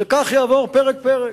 וכך יעבור פרק-פרק.